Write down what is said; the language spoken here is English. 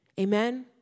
Amen